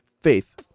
faith